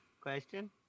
Question